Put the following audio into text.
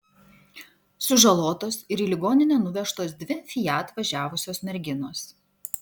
sužalotos ir į ligoninę nuvežtos dvi fiat važiavusios merginos